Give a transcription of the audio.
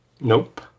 Nope